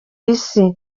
isi